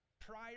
prior